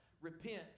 Repent